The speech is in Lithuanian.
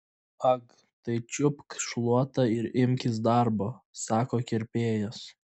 ag tai čiupk šluotą ir imkis darbo sako kirpėjas